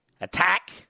Attack